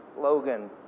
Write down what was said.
Logan